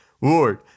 Lord